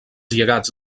llegats